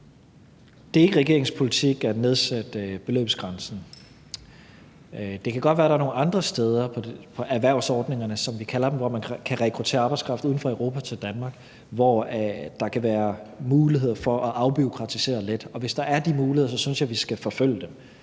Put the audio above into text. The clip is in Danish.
Det er ikke regeringens politik at nedsætte beløbsgrænsen. Det kan godt være, at der er nogle andre steder på erhvervsordningerne, som vi kalder dem, hvor man kan rekruttere arbejdskraft uden for Europa til Danmark, hvor der kan være mulighed for at afbureaukratisere lidt, og hvis der er de muligheder, synes jeg, vi skal forfølge dem,